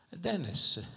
Dennis